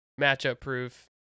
matchup-proof